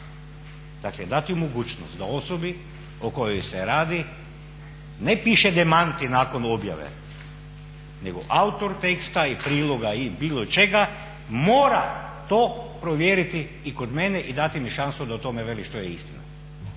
Dakle dati u mogućnost da osobi o kojoj se radi ne piše demanti nakon objave, nego autor teksta i priloga i bilo čega mora to provjeriti i kod mene i dati mi šansu da o tome velim što je istina.